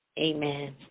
amen